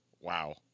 Wow